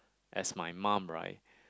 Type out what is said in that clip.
as my mom right